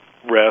rest